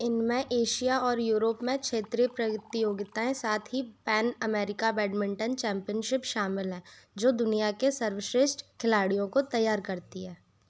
इनमें एशिया और यूरोप में क्षेत्रीय प्रतियोगिताएँ साथ ही पैन अमेरिका बैडमिंटन चैंपियनशिप शामिल हैं जो दुनिया के सर्वश्रेष्ठ खिलाड़ियों को तैयार करती हैं